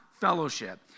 fellowship